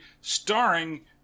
starring